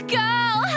girl